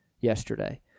yesterday